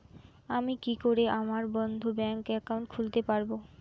আমি কি করে আমার বন্ধ ব্যাংক একাউন্ট খুলতে পারবো?